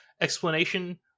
explanation